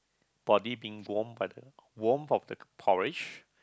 body being warmed by the warm from the porridge